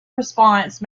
response